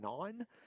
nine